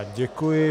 Děkuji.